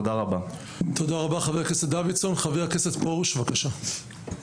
חבר הכנסת פרוש, בבקשה.